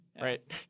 right